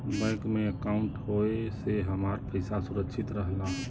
bank में अंकाउट होये से हमार पइसा सुरक्षित रहला